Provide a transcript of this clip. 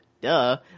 Duh